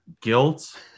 guilt